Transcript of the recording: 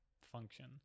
function